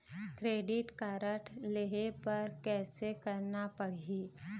Credit card लेहे बर कैसे करना पड़ही?